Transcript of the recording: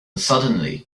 suddenly